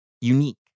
Unique